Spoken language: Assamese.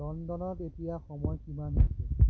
লণ্ডনত এতিয়া সময় কিমান হৈছে